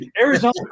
Arizona